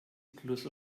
plus